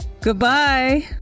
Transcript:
Goodbye